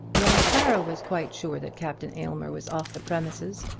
when clara was quite sure that captain aylmer was off the premises,